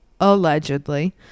allegedly